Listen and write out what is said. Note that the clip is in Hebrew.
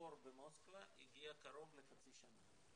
התור במוסקבה הגיע קרוב לחצי שנה,